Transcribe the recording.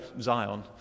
Zion